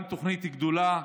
גם תוכנית גדולה,